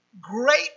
great